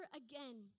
again